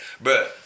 Bro